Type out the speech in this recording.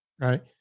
Right